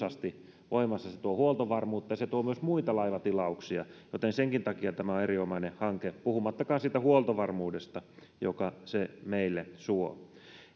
asti voimassa se tuo huoltovarmuutta se tuo myös muita laivatilauksia joten senkin takia tämä on erinomainen hanke puhumattakaan siitä huoltovarmuudesta jonka se meille suo